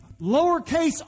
lowercase